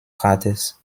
rates